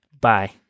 Bye